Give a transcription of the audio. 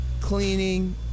cleaning